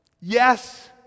Yes